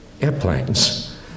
airplanes